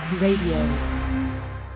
Radio